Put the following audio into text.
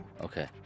Okay